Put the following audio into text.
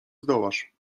zdołasz